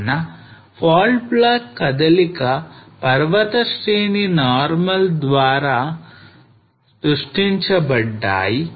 కావున fault block కదలిక పర్వత శ్రేణి normal ద్వారా సృష్టించబడ్డాయి